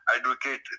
advocate